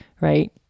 right